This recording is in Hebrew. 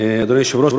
אדוני היושב-ראש,